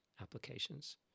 applications